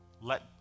let